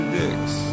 dicks